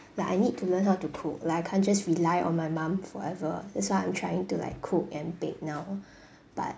like I need to learn how to cook like I can't just rely on my mum forever that's why I'm trying to like cook and bake now but